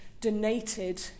donated